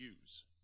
use